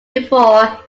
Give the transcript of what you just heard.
before